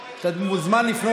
אז אנחנו לא יודעים